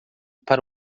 para